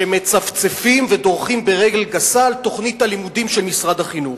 שמצפצפים ודורכים ברגל גסה על תוכנית הלימודים של משרד החינוך.